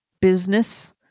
business